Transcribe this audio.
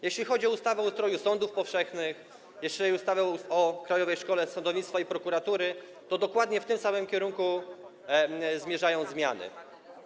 Jeśli chodzi o ustawę o ustroju sądów powszechnych, jeśli chodzi o ustawę o Krajowej Szkole Sądownictwa i Prokuratury, to dokładnie w tym samym kierunku zmierzają zmiany.